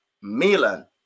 Milan